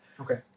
Okay